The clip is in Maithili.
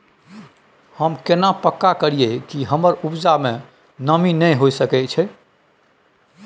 हम केना पक्का करियै कि हमर उपजा में नमी नय होय सके छै?